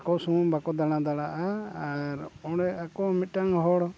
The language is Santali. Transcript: ᱟᱠᱚ ᱥᱩᱢᱩᱝ ᱵᱟᱠᱚ ᱫᱟᱬᱟ ᱫᱟᱲᱮᱭᱟᱜᱼᱟ ᱟᱨ ᱚᱸᱰᱮ ᱟᱠᱚ ᱢᱤᱫᱴᱟᱝ ᱦᱚᱲ